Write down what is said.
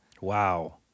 Wow